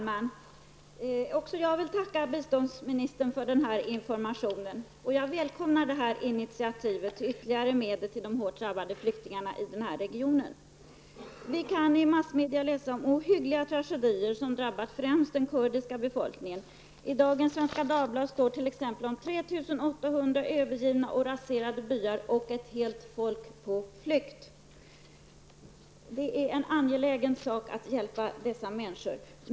Fru talman! Jag vill också tacka biståndsministern för informationen. Jag välkomnar initiativet till ytterligare medel till de hårt drabbade flyktingarna i den här regionen. Vi kan i massmedia läsa om ohyggliga tragedier som drabbar främst den kurdiska befolkningen. I dagens Svenska Dagbladet står det t.ex. om 3 800 övergivna och raserade byar och om ett helt folk på flykt. Det är en angelägen sak att hjälpa dessa människor.